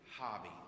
hobby